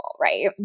right